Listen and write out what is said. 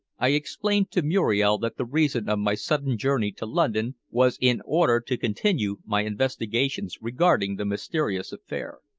i explained to muriel that the reason of my sudden journey to london was in order to continue my investigations regarding the mysterious affair.